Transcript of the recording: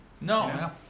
No